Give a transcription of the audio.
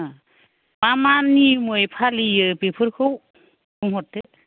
मा मा नियमै फालियो बेफोरखौ बुंहरदो